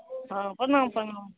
हँ प्रणाम प्रणाम